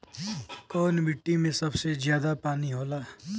कौन मिट्टी मे सबसे ज्यादा पानी होला?